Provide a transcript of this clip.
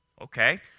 okay